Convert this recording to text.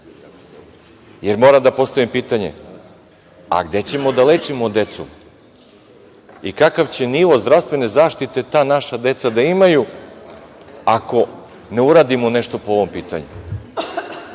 logika. Moram da postavim pitanje, a gde ćemo da lečimo decu i kakav će nivo zdravstvene zaštite ta naša deca da imaju ako ne uradimo nešto po ovom pitanju? Još